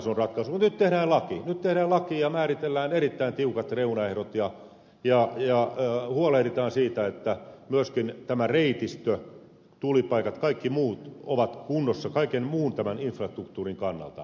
nyt tehdään laki ja määritellään erittäin tiukat reunaehdot ja huolehditaan siitä että myöskin tämä reitistö tulipaikat kaikki muut ovat kunnossa kaiken muun tämän infrastruktuurin kannalta